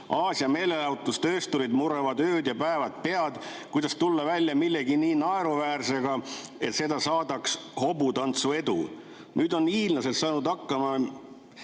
Aasia meelelahutustöösturid murravad ööd ja päevad pead, kuidas tulla välja millegi nii naeruväärsega, et seda saadaks hobutantsu edu. Nüüd on hiinlased saanud hakkama